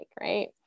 right